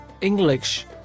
English